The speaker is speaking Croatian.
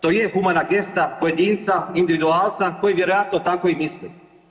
To je humana gesta pojedinca, individualca koji vjerojatno tako i misli.